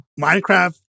minecraft